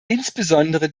insbesondere